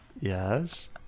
Yes